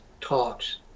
talks